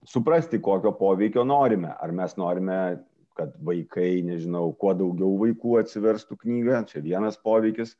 suprasti kokio poveikio norime ar mes norime kad vaikai nežinau kuo daugiau vaikų atsiverstų knygą čia vienas poveikis